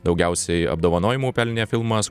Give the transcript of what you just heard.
daugiausiai apdovanojimų pelnė filmas